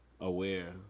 aware